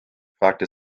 fragte